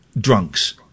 drunks